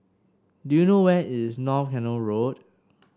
do you know where is North Canal Road